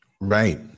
right